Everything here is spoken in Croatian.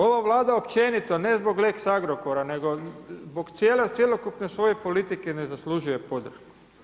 Ova Vlada općenito ne zbog lex Agrokora nego zbog cjelokupne svoje politike ne zaslužuje podršku.